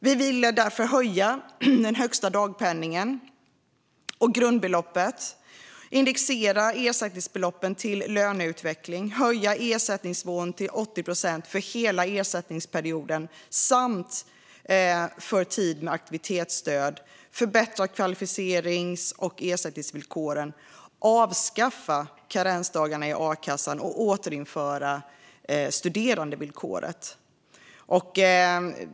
Vi vill därför höja den högsta dagpenningen och grundbeloppet, indexera ersättningsbeloppen till löneutvecklingen, höja ersättningsnivån till 80 procent för hela ersättningsperioden samt för tid med aktivitetsstöd, förbättra kvalificerings och ersättningsvillkoren, avskaffa karensdagarna i a-kassan och återinföra studerandevillkoret.